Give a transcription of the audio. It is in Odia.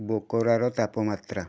ବୋକାେରାର ତାପମାତ୍ରା